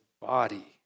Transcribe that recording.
body